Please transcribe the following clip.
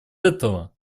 этого